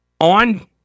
on